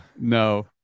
No